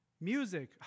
Music